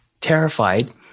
terrified